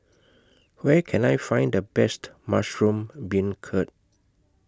Where Can I Find The Best Mushroom Beancurd